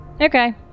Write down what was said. Okay